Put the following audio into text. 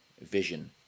vision